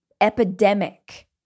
epidemic